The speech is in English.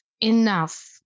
enough